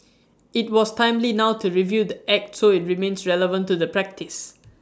IT was timely now to review the act so IT remains relevant to the practice